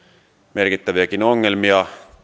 merkittäviäkin ongelmia